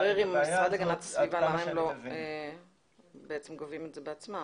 תיכף נברר עם המשרד להגנת הסביבה למה הם לא גובים את זה בעצמם.